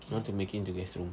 I want to make it into guest room